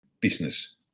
business